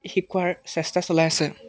শিকোৱাৰ চেষ্টা চলাই আছে